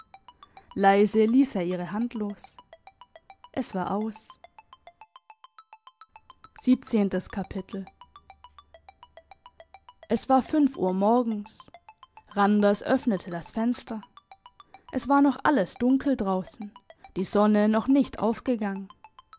leise liess er ihre hand los es war aus es war fünf uhr morgens randers öffnete das fenster es war noch alles dunkel draussen die sonne noch nicht aufgegangen